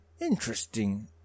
interesting